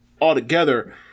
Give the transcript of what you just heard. altogether